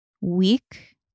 weak